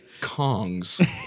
Kongs